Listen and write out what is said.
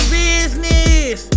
business